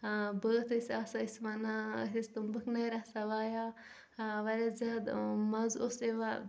بٲتھ ٲسۍ آسان أسۍ ونان أسۍ ٲسۍ تُمبِکھنٲر آسان وایان اۭں واریاہ زیادٕ اۭں مزٕ اوس یِوان